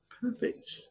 perfect